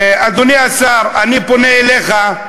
אדוני השר, אני פונה אליך.